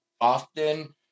often